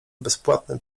bezpłatne